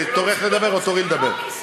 זה תורך לדבר או תורי לדבר?